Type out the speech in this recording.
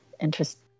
interesting